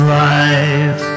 life